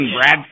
Brad